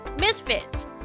misfits